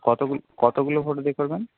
কতগুলো কতগুলো ফটো দিয়ে করবেন